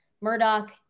Murdoch